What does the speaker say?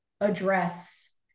address